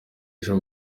ejo